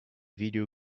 video